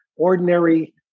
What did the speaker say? Ordinary